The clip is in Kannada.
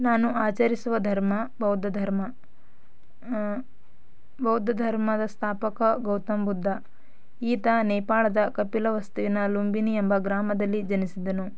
ನಾನು ಆಚರಿಸುವ ಧರ್ಮ ಬೌದ್ಧ ಧರ್ಮ ಬೌದ್ಧ ಧರ್ಮದ ಸ್ಥಾಪಕ ಗೌತಮ್ ಬುದ್ಧ ಈತ ನೇಪಾಳದ ಕಪಿಲವಸ್ತುವಿನ ಲುಂಬಿನಿ ಎಂಬ ಗ್ರಾಮದಲ್ಲಿ ಜನಿಸಿದನು